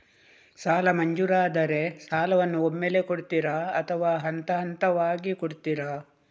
ಸಾಲ ಮಂಜೂರಾದರೆ ಸಾಲವನ್ನು ಒಮ್ಮೆಲೇ ಕೊಡುತ್ತೀರಾ ಅಥವಾ ಹಂತಹಂತವಾಗಿ ಕೊಡುತ್ತೀರಾ?